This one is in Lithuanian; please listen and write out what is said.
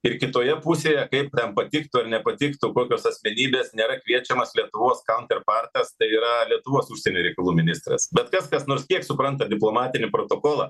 ir kitoje pusėje kaip jam patiktų ar nepatiktų kokios asmenybės nėra kviečiamos lietuvos kaunter partas tai yra lietuvos užsienio reikalų ministras bet kas kas nors kiek supranta diplomatinį protokolą